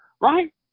right